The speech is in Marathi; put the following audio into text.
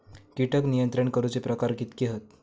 कीटक नियंत्रण करूचे प्रकार कितके हत?